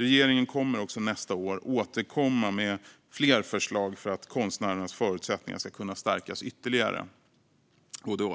Regeringen kommer nästa år att återkomma med fler förslag för att konstnärernas förutsättningar ska kunna stärkas ytterligare,